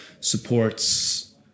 supports